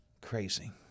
Crazy